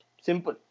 Simple